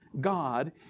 God